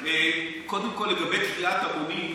קודם כול, לגבי קריאת המונים,